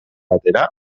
batera